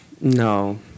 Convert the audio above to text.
No